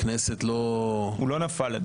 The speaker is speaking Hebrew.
נמשך, לא נפל.